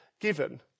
given